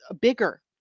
bigger